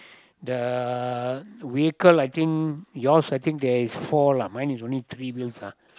the vehicle I think yours I think there's four lah mine is only three wheels ah